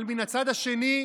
אבל מן הצד השני,